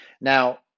Now